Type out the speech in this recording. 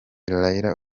raila